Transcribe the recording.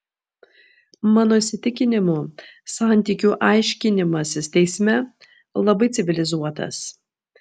mano įsitikinimu santykių aiškinimasis teisme labai civilizuotas